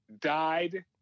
died